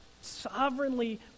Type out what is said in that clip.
sovereignly